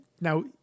now